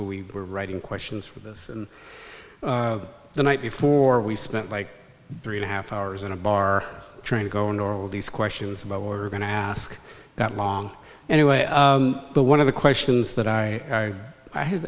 we were writing questions for this and the night before we spent like three and a half hours in a bar trying to go on or all these questions about were going to ask that long anyway but one of the questions that i i ha